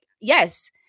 Yes